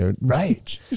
Right